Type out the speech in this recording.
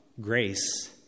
grace